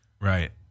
Right